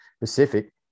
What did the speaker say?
Pacific